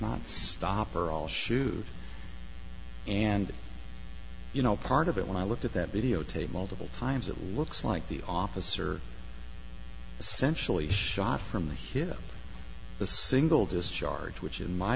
not stop or all shoot and you know part of it when i looked at that videotape multiple times it looks like the officer essentially shot from the hip the single discharge which in my